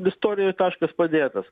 istorijoj taškas padėtas